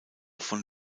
von